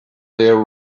there